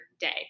day